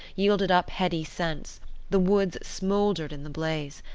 yielded up heady scents the woods smouldered in the blaze.